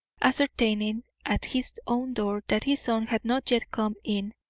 ascertaining at his own door that his son had not yet come in,